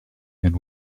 and